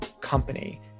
company